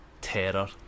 terror